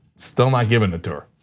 still not given the door.